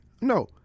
No